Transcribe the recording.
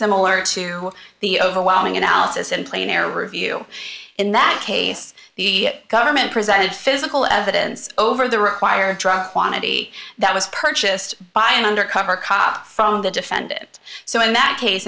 similar to the overwhelming analysis in plain air review in that case the government presented physical evidence over the required drug quantity that was purchased by an undercover cop from the defend it so in that case